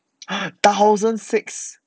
thousand six